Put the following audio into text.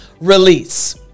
release